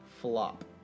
flop